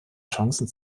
chancen